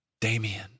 Damien